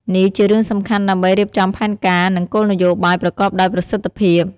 នេះជារឿងសំខាន់ដើម្បីរៀបចំផែនការ និងគោលនយោបាយប្រកបដោយប្រសិទ្ធភាព។